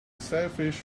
selfish